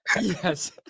Yes